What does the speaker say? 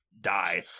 die